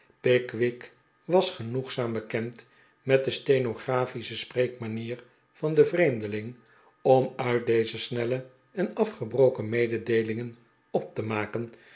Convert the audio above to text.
pickwick was genoegzaam bekend met de stenograpische spreekmanier van den vreemdeling om uit deze snelle en afgebroken mededeelingen op te maken